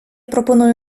пропоную